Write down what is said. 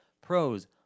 Pros